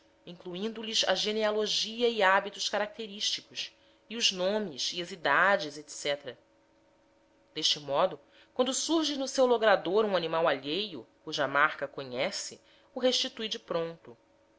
incluindo lhes a genealogia e hábitos característicos e os nomes e as idades etc deste modo quando surge no seu logrador um animal alheio cuja marca conhece o restitui de pronto